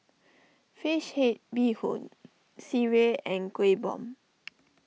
Fish Head Bee Hoon Sireh and Kueh Bom